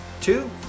Two